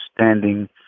standing